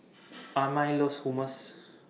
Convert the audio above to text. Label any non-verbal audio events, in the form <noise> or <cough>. <noise> Amiah loves Hummus